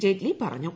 ജയ്റ്റ്ലി പറഞ്ഞു